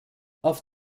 auf